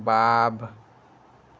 wow